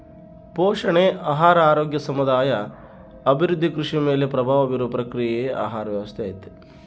ಪೋಷಣೆ ಆಹಾರ ಆರೋಗ್ಯ ಸಮುದಾಯ ಅಭಿವೃದ್ಧಿ ಕೃಷಿ ಮೇಲೆ ಪ್ರಭಾವ ಬೀರುವ ಪ್ರಕ್ರಿಯೆಯೇ ಆಹಾರ ವ್ಯವಸ್ಥೆ ಐತಿ